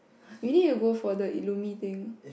we need to go for the Illumine thing